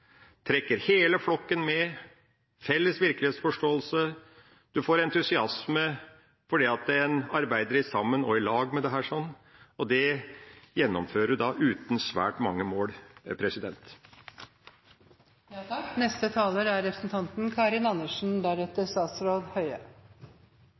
trekker hele flokken med. En får entusiasme fordi en arbeider i lag med dette. Dette gjennomfører en uten svært mange mål. Helsedirektoratet er